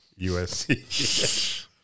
USC